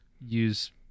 use